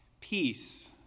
Peace